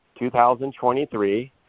2023